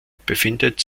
befindet